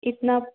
इतना